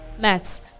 Mats